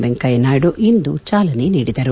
ವೆಂಕಯ್ಯನಾಯ್ತು ಇಂದು ಚಾಲನೆ ನೀಡಿದರು